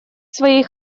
своей